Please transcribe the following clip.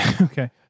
Okay